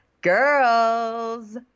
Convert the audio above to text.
girls